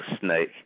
snake